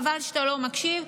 חבל שאתה לא מקשיב,